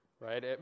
right